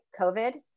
COVID